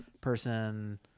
person